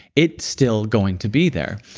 it's still going to be there,